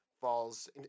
falls